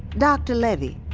doctor levy,